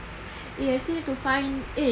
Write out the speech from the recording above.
eh I still need to find eh